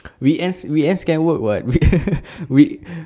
weekend weekend can work [what] we we